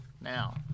now